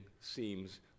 seems